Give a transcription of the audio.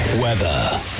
Weather